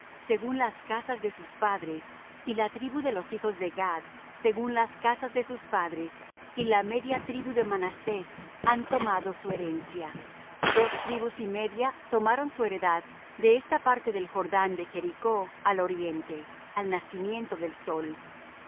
según las casas de sus padres y la tribu de los hijos de gad según las casas de sus padres y la media tribu de manasés han tomado su herencia dos tribus y media tomaron su heredad de esta parte del jordán de jericó al oriente al nacimiento del sol y